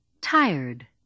tired